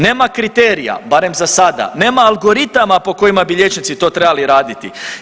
Nema kriterija, barem za sada, nema algoritama po kojima bi liječnici to trebali raditi.